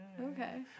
Okay